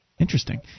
Interesting